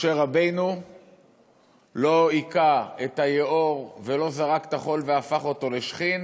משה רבנו לא הִכה את היאור ולא זרק את החול והפך אותו לשחין